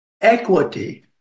equity